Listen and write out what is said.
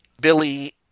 Billy